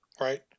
right